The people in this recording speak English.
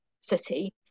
city